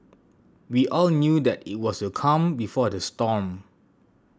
we all knew that it was the calm before the storm